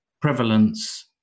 Prevalence